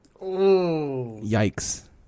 Yikes